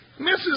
Mrs